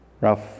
Ralph